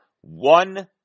one